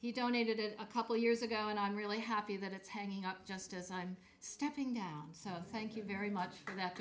he donated it a couple of years ago and i'm really happy that it's hanging up just as i'm stepping down so thank you very much for that